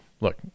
Look